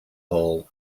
hall